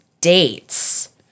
dates